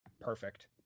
Perfect